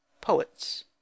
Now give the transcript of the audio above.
Poets